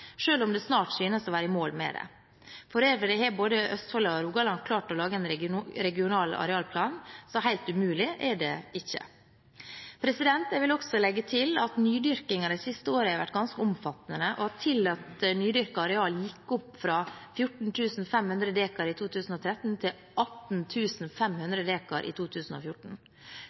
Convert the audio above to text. om de snart synes å være i mål med det. For øvrig har både Østfold og Rogaland klart å lage en regional arealplan, så helt umulig er det ikke. Jeg vil også legge til at nydyrkingen de siste årene har vært ganske omfattende, og tillatt nydyrket areal gikk opp fra 14 500 dekar i 2013 til